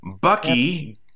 Bucky